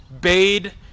bade